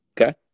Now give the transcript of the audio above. Okay